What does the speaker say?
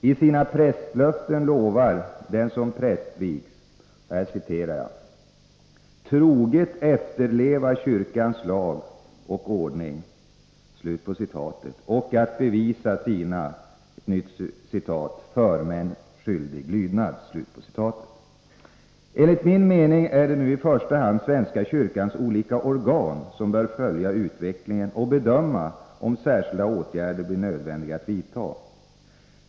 I sina prästlöften lovar den som prästvigs att ”troget efterleva kyrkans lag och ordning” och att bevisa sina ”förmän skyldig lydnad”. Enligt min mening är det nu i första hand svenska kyrkans olika organ som bör följa utvecklingen och bedöma om särskilda åtgärder blir nödvändiga att vidta.